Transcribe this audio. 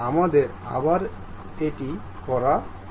আমাদের আবার এটি করা যাক